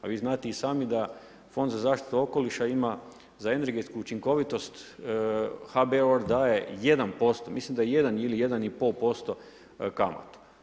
A vi znate i sami, da fond za zaštitu okoliša ima za energetsku učinkovitost HBOR daje 1% mislim da 1 ili 1,5% kamata.